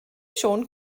siôn